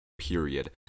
period